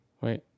Wait